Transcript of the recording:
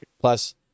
plus